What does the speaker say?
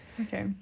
Okay